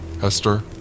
Hester